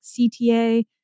CTA